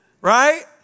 right